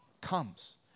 comes